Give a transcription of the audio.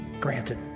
granted